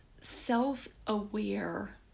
self-aware